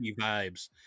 vibes